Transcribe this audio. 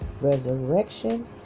resurrection